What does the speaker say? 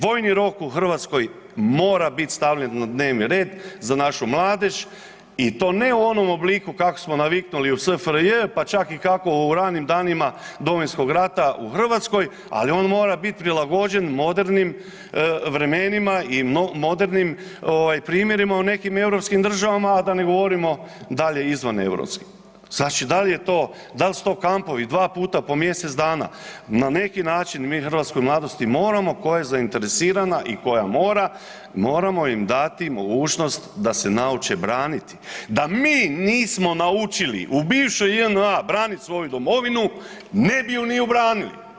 Vojni rok u Hrvatskoj mora biti stavljen na dnevni red za našu mladež i to ne u onom obliku kak' smo naviknuli u SFRJ, pa čak i kako u ranim danima Domovinskog rata u Hrvatskoj, ali on mora biti prilagođen modernim vremenima i modernih ovaj primjerima u nekim europskim državama, a da ne govorimo dalje izvan europskih, znači dal' je to, dal' su to kampovi dva puta po mjesec dana, na neki način mi hrvatskoj mladosti moramo koja je zainteresirana i koja mora, moramo im dati mogućnost da se nauče braniti, da mi nismo naučili u bivšoj JNA branit svoju domovinu, ne bi ju ni obranili.